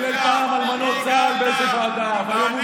מאז קום המדינה ועד היום לא היו